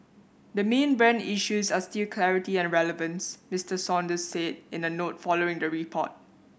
the main brand issues are still clarity and relevance Mister Saunders said in a note following the report